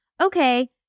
okay